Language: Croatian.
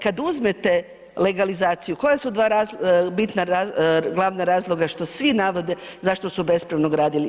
Kada uzmete legalizaciju, koja su dva bitna glavna razloga što svi navode zašto su bespravno gradili?